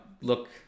look